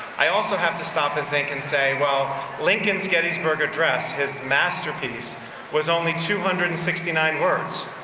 i also have to stop and think and say, well, lincoln's gettysburg address, his masterpiece was only two hundred and sixty nine words,